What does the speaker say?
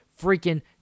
freaking